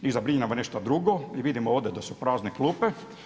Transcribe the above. Njih zabrinjava nešto drugo i vidimo ovdje da su prazne klupe.